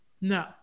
no